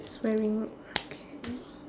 wearing okay